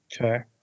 Okay